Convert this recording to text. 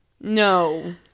No